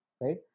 right